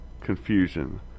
confusion